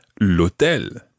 l'hôtel